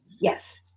Yes